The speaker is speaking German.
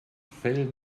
fell